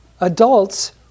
adults